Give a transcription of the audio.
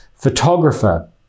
Photographer